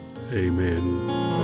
amen